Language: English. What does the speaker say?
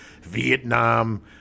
Vietnam